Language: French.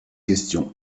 questions